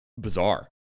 bizarre